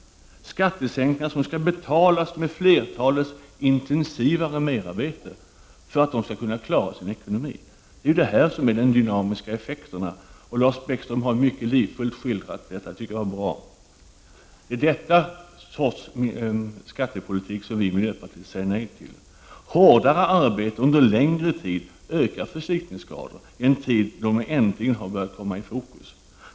Skattesänkningar som skall betalas med flertalets intensivare merarbete för att de skall kunna klara sin ekonomi. Det är detta som är de dynamiska effekterna. Lars Bäckström har mycket livfullt skildrat detta. Det tycker jag var bra. Den sortens skattepolitik säger vi i miljöpartiet nej till. Hårdare arbete under längre tid ökar förslitningsskadorna i en tid då dessa äntligen har börjat komma i fokus.